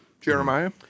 Jeremiah